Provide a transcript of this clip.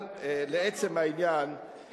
אבל לעצם העניין,